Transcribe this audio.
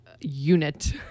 unit